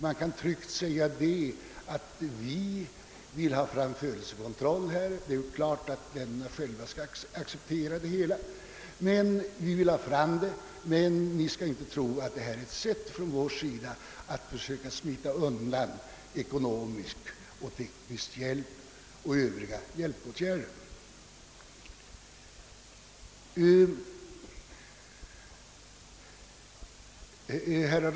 Man kan tryggt säga: Vi vill åstadkomma födelsekontroll — det är klart att landet i fråga självt också måste acceptera det — men ni skall inte tro att detta är ett försök av oss att smita undan ekonomiska, tekniska och andra hjälpåtgärder; enbart födelsekontroll klarar inte upp situationen.